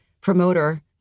promoter